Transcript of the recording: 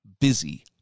busy